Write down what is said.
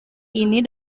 ini